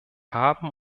haben